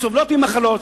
שסובלות ממחלות,